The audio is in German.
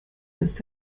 ist